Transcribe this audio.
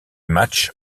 matches